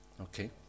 Okay